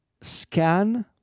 scan